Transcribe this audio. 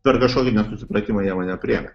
per kažkokį nesusipratimą jie mane priėmė